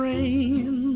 Rain